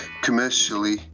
commercially